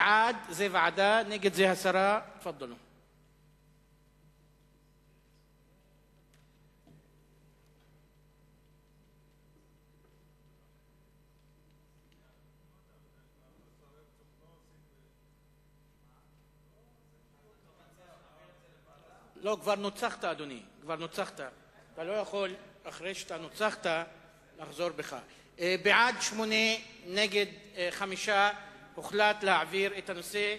בעד, 8, נגד, 5. הוחלט להעביר את הנושא